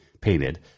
painted